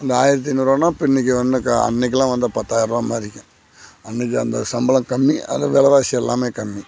அந்த ஆயிரத்தி ஐந்நூறுவான்னா இப்போ இன்றைக்கி வந்த கா அன்னைக்குலாம் வந்து பத்தாயிருவா மாரிங்க அன்றைக்கி அந்த சம்பளம் கம்மி ஆனால் விலவாசி எல்லாமே கம்மி